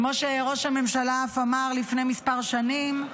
כמו שראש הממשלה אף אמר לפני כמה שנים: